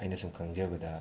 ꯑꯩꯅ ꯁꯨꯝ ꯈꯪꯖꯕꯗ